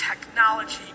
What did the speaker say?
technology